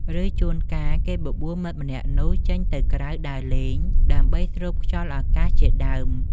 ឬ ជួនកាល គេបបួលមិត្តម្នាក់នោះចេញទៅក្រៅដើរលេង ដើម្បីស្រូបខ្យល់អាកាសជាដើម។